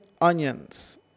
onions